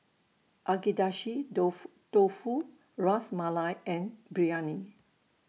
Agedashi Dofu Dofu Ras Malai and Biryani